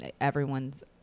everyone's